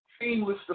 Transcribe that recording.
seamless